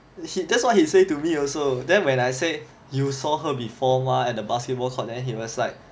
that's what he say to me also then when I say you saw her before mah and the basketball court then he was like